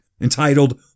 entitled